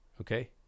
Okay